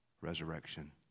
resurrection